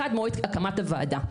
אחד, מועד הקמת הוועדה.